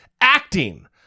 acting